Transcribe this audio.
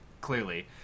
clearly